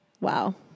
wow